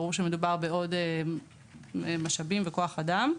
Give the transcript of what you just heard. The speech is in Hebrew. ברור שמדובר בעוד משאבים וכוח אדם.